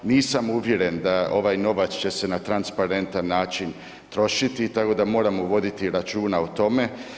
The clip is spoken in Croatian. Nisam uvjeren da ovaj novac će se na transparentan način trošiti tako da moramo voditi računa o tome.